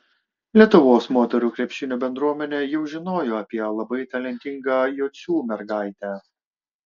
lietuvos moterų krepšinio bendruomenė jau žinojo apie labai talentingą jocių mergaitę